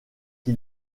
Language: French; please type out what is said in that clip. qui